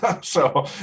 So-